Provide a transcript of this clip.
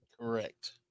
Correct